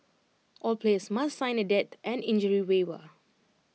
all players must sign A death and injury waiver